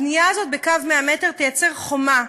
הבנייה הזאת בקו 100 מטר תייצר חומה,